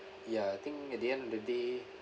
ya I think at the end of the day